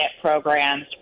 programs